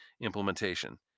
implementation